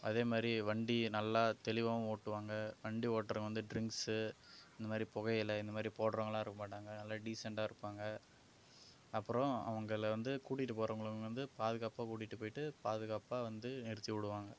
அதே மாதிரி வண்டி நல்லா தெளிவாகவும் ஓட்டுவாங்க வண்டி ஓட்டுறவங்க வந்து ட்ரிங்க்ஸு இந்த மாதிரி புகையில் இந்தமாதிரி போடுறவங்களா இருக்க மாட்டாங்க நல்லா டீசென்டாக இருப்பாங்க அப்புறம் உங்களை வந்து கூட்டிகிட்டு போகிறவங்களும் வந்து பாதுகாப்பாக கூட்டிகிட்டு போயிட்டு பாதுகாப்பாக வந்து நிறுத்தி விடுவாங்க